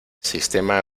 sistema